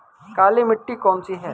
काली मिट्टी कौन सी है?